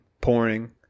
pouring